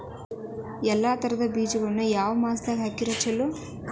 ಎಲ್ಲಾ ತರದ ಬೇಜಗೊಳು ಯಾವ ಮಾಸದಾಗ್ ಹಾಕಿದ್ರ ಛಲೋ?